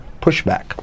pushback